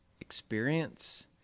experience